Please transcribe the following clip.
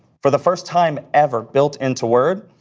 for the first time ever built into word,